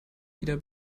wieder